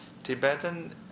Tibetan